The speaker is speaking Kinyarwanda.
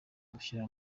gushyira